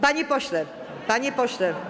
Panie pośle, panie pośle.